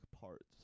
parts